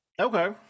Okay